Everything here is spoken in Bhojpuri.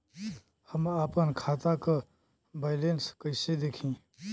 हम आपन खाता क बैलेंस कईसे देखी?